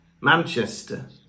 Manchester